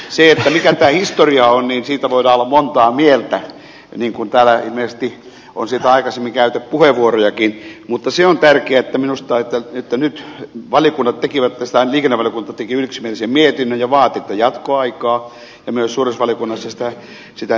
siitä mikä tämä historia on voidaan olla monta mieltä niin kuin täällä ilmeisesti on siitä aikaisemmin käytetty puheenvuorojakin mutta se on tärkeää minusta että nyt liikennevaliokunta teki yksimielisen mietinnön ja vaati tätä jatkoaikaa ja myös suuressa valiokunnassa sitä terästettiin